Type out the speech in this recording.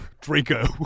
Draco